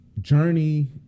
journey